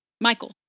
Michael